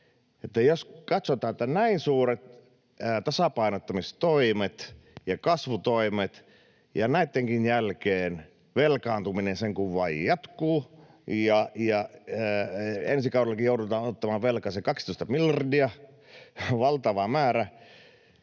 jos katsotaan, että näin suuret tasapainottamistoimet ja kasvutoimet ja näittenkin jälkeen velkaantuminen sen kun vain jatkuu ja ensi kaudellakin joudutaan ottamaan velkaa se 12 miljardia, valtava määrä,